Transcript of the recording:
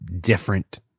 different